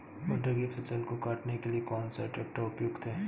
मटर की फसल को काटने के लिए कौन सा ट्रैक्टर उपयुक्त है?